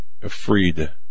freed